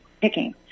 picking